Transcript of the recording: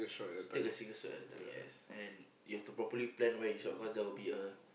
take a single shot at a time yes and you have to properly plan where you shot cause there will be a